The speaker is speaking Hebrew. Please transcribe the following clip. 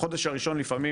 בחודש הראשון לפעמים,